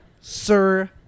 sir